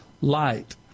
light